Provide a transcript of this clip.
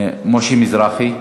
חבר הכנסת משה מזרחי.